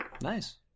Nice